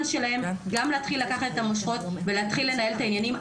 שלהן גם להתחיל לקחת את המושכות ולהתחיל לנהל את העניינים.